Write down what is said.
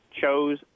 chose